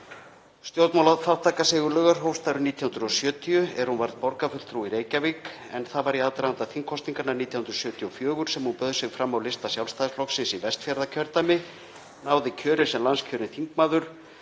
Stjórnmálaþátttaka Sigurlaugar hófst árið 1970 er hún varð borgarfulltrúi í Reykjavík en það var í aðdraganda þingkosninganna 1974 sem hún bauð sig fram á lista Sjálfstæðisflokksins í Vestfjarðakjördæmi, náði kjöri sem landskjörinn þingmaður,